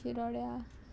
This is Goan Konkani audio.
शिरोड्या